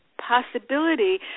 possibility